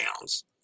pounds